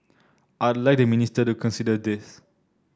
I'd like the minister to consider this